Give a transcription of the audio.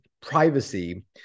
privacy